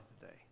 today